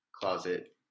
closet